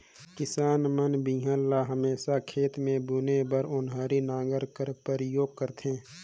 किसान मन बीहन ल हमेसा खेत मे बुने बर ओन्हारी नांगर कर परियोग करथे